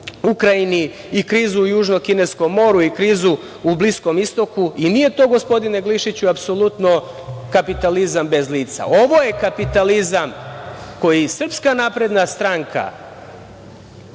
Ukrajini, i krizu u Južnom kineskom moru i krizu u Bliskom istoku. Nije to, gospodine Glišiću, apsolutno kapitalizam bez lica. Ovo je kapitalizam koji SNS zagovara,